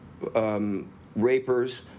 rapers